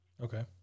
okay